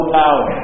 power